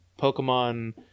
Pokemon